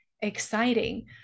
exciting